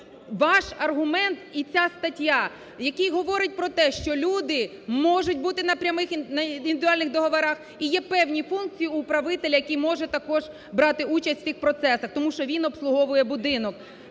Ваш аргумент і ця стаття, який говорить про те, що люди можуть бути на прямих, на індивідуальних договорах і є певні функції управителя, який може також брати участь в цих процесах. Тому що він обслуговує будинок.